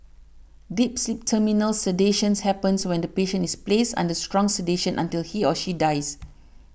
deep sleep terminal sedation happens when the patient is placed under strong sedation until he or she dies